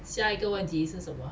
下一个问题是什么